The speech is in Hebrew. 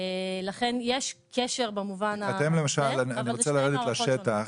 לכן יש קשר במובן הזה אבל זה שתי מערכות שונות.